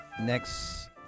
next